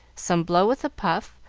some blow with a puff,